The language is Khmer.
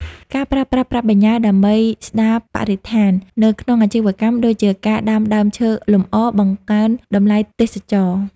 ការប្រើប្រាស់ប្រាក់បញ្ញើដើម្បី "ស្ដារបរិស្ថាន" នៅក្នុងអាជីវកម្ម ដូចជាការដាំដើមឈើលម្អ បង្កើនតម្លៃទេសចរណ៍។